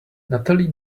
natalie